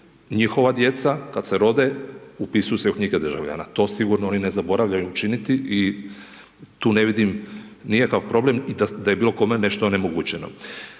njihova djeca kad se rode, upisuju se u knjige državljana. To sigurno oni ne zaboravljaju učiniti i tu ne vidim nikakav problem i da je bilo kome nešto onemogućeno.